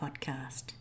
Podcast